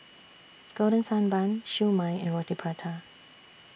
Golden Sand Bun Siew Mai and Roti Prata